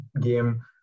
game